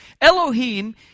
Elohim